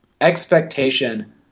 expectation